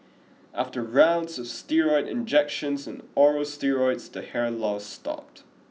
after rounds of steroid injections and oral steroids the hair loss stopped